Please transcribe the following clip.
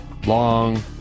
Long